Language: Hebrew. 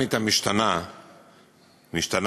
הדינמית המשתנה תדיר,